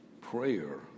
prayer